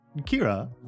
Kira